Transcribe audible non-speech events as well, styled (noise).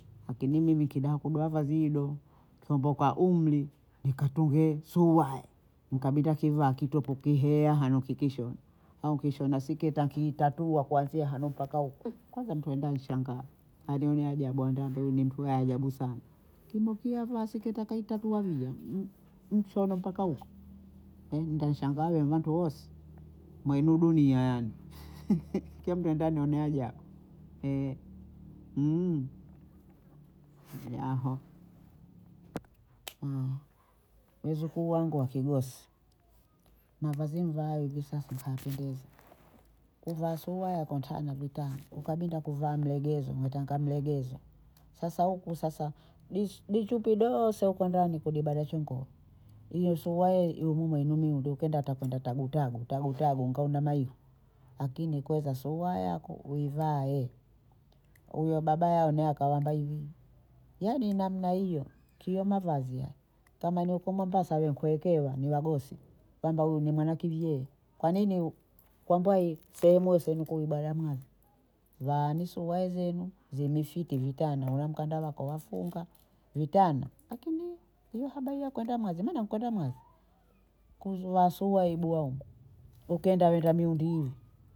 Akini mimi kida kuvaa vazi hilo siomboka umri nikatonge suyuayi nikabinda kiva kitopu kiheya hano kikishona, au nkishona siketa nkiitatua kuanzia hano mpaka huku (hesitation) kwanza mtu aenda anishangaa anionea ajabu anda ambie huyu ni mtu wa ajabu sana kimo kiye avaa siketi akaitatua viya (hesitation) m- mshono mpaka huko (hesitation) ndanshangaa envantu wose mwaiduduniani (laughs) kiya mtu aenda anionea ajabu (hesitation) yaho (hesitation) wezukuu wangu wakigosi mavazi mvaavyo hivi sasa kayapendezi, kuvaa suyuayi akontana vitana ukabinda kuvaa mlegezo waitanga mlegezo, sasa huku sasa (hesitation) di- dichupi doose huko ndani kudibada chonko liye suyuayi yumumwa mwainumi ndo kienda atakwenda tabu tabu, tabu tabu nkaona maiva akini kweza suyuayi yako uivae huyo baba yao naye akawamba hivi yaani namna hiyo kio mavazi hayo kama ni huko Mombasa we nkwekewa ni wagosi kwamba huyu ni mwana kivyee kwanini (hesitation) u- kwa mbwayi sehemu yose ni kuibada mwayi, vaani suyuayi yenu zinifiki vitana, una mkanda wako wafunga vitana lakini hiyo habayi ya kwenda mwazi maana nkwenda mwazi, kuuzuwa suyuayi bwanku, ukienda wenda miundi hivi